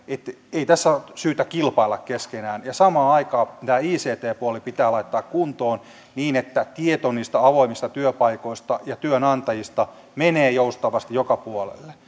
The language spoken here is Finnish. ei tässä ole syytä kilpailla keskenään samaan aikaan tämä ict puoli pitää laittaa kuntoon niin että tieto avoimista työpaikoista ja työnantajista menee joustavasti joka puolelle